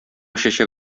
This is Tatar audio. чәчәк